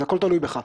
זה הכל תלוי בך.